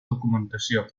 documentació